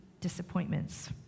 disappointments